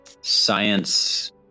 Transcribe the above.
science